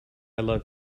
love